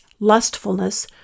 lustfulness